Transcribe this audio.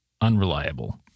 unreliable